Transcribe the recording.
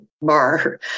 bar